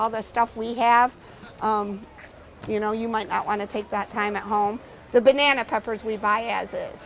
all the stuff we have you know you might not want to take that time at home the banana peppers we buy as i